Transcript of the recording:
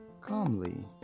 calmly